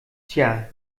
tja